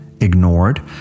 ignored